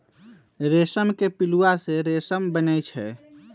रेशम के पिलुआ से रेशम बनै छै